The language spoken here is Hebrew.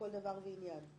לכל דבר ועניין.